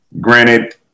granted